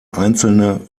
einzelne